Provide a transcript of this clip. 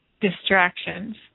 distractions